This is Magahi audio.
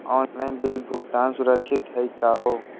ऑनलाइन बिल भुगतान सुरक्षित हई का हो?